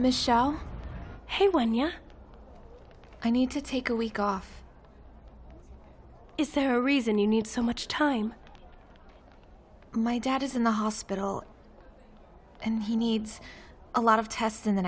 michelle when you know i need to take a week off is there a reason you need so much time my dad is in the hospital and he needs a lot of tests in the